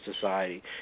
Society